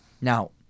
Now